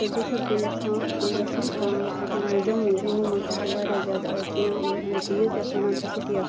بیٚیہِ چھَس بہٕ یَژھان گَژھُن جوٚموٗ جوٚموٗ مَنٛز تہِ چھِ واریاہ زیادٕ چیٖز یتھ وَنان چھِ سٹی آف